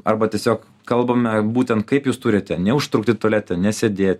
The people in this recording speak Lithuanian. arba tiesiog kalbame būtent kaip jūs turite neužtrukti tualete nesėdėti